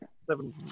seven